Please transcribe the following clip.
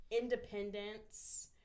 independence